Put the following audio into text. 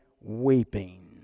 weeping